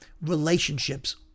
relationships